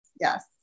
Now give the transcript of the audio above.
Yes